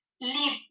leave